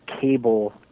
cable